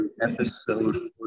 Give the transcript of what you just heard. episode